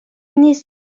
نیست